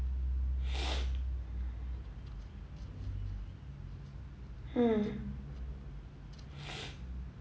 mm